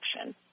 action